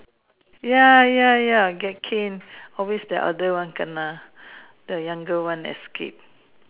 ya ya ya get cane always the elder one kena the younger one escape